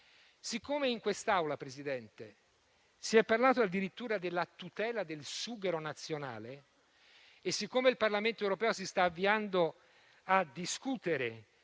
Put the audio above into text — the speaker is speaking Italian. Siccome in quest'Aula, Presidente, si è parlato addirittura della tutela del sughero nazionale e siccome il Parlamento europeo si sta avviando a discutere